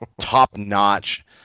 top-notch